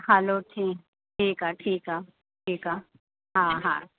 हलो ठीकु आहे ठीकु आहे ठीकु आहे हा हा